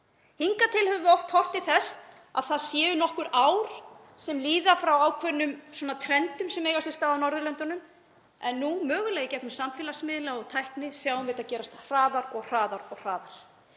Hingað til höfum við oft horft til þess að nokkur ár líði frá ákveðnum trendum sem eiga sér stað á Norðurlöndunum en nú, mögulega í gegnum samfélagsmiðla og tækni, sjáum við þetta gerast hraðar og hraðar. Ég veit